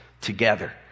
together